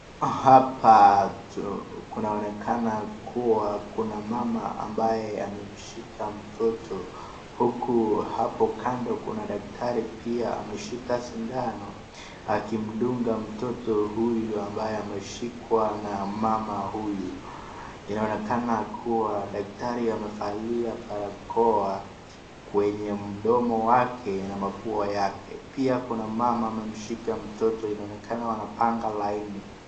Hapa kunaonekana kuwa kuna mama ambaye amemshika mtoto huku hapo kando kuna daktari pia ameshika sindano akimdunga mtoto huyu ambaye ameshikwa na mama huyu. Inaonekana kuwa daktari amevalia barakoa kwenye mdomo wake na mapua yake. Pia kuna mama amemshika mtoto inaonekana wanapanga laini.